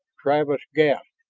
travis gasped,